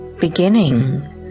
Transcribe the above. beginning